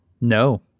No